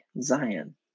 Zion